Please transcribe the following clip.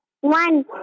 One